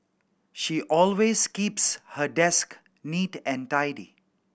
she always keeps her desk neat and tidy